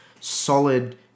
solid